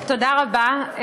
תודה רבה,